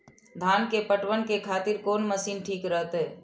धान के पटवन के खातिर कोन मशीन ठीक रहते?